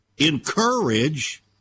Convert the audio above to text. encourage